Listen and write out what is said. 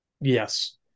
Yes